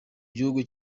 gihugu